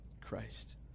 Christ